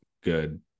good